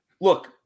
Look